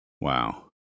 Wow